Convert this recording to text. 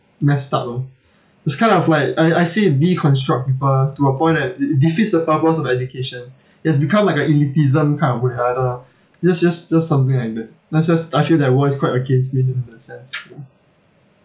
messed up though it's kind of like I I see it deconstruct people to a point that it it defeats the purpose of education it has become like a elitism kind of way I don't know just just just something like that like just I feel that world is quite against me in a sense though